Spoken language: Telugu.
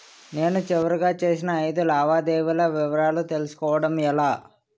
నేను చివరిగా చేసిన ఐదు లావాదేవీల వివరాలు తెలుసుకోవటం ఎలా?